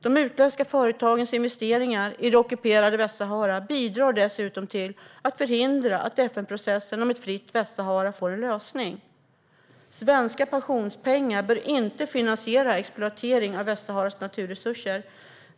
De utländska företagens investeringar i det ockuperade Västsahara bidrar dessutom till att förhindra att FN-processen för ett fritt Västsahara får en lösning. Svenska pensionspengar bör inte finansiera exploatering av Västsaharas naturresurser.